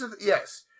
Yes